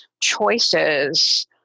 choices